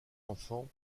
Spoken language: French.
enfant